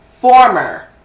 former